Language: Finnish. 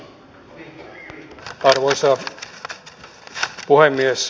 arvoisa puhemies